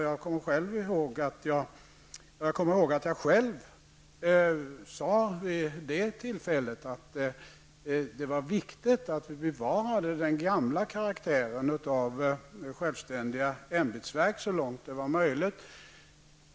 Jag kommer ihåg att jag själv vid det tillfället sade att det var viktigt att vi bevarade den gamla karaktären av självständiga ämbetsverk så långt det var möjligt.